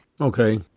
okay